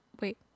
wait